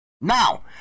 Now